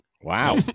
Wow